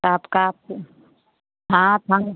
आपका हाँ